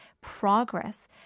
progress